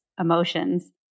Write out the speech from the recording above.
emotions